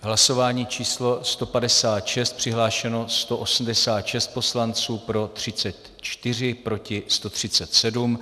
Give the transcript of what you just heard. Hlasování číslo 156, přihlášeno 186 poslanců, pro 34, proti 137.